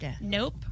Nope